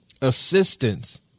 assistance